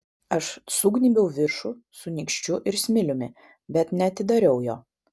aš sugnybiau viršų su nykščiu ir smiliumi bet neatidariau jo